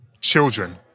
children